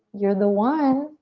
you're the one.